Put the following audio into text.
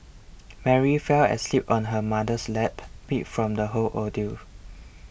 Mary fell asleep on her mother's lap beat from the whole ordeal